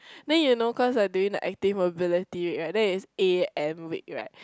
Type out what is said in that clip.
then you know cause I doing the active mobility week right then it's a_m week right